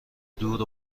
دور